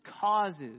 causes